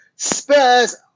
Spurs